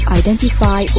identify